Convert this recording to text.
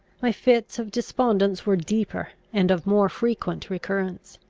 my fits of despondence were deeper, and of more frequent recurrence.